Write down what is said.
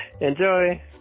Enjoy